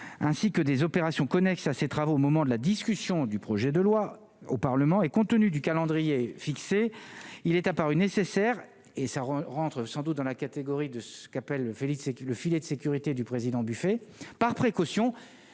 ainsi que des opérations connexes à ces travaux au moment de la discussion du projet de loi au Parlement, et compte tenu du calendrier. Fixé, il est apparu nécessaire et ça rentre sans doute dans la catégorie de ceux qu'il appelle Félix et le filet de sécurité du président Buffet par précaution